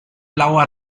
blauer